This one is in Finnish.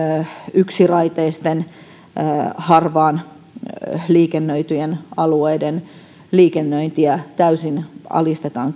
yksiraiteista harvaan liikennöityjen alueiden liikennöintiä täysin alistetaan